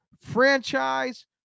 franchise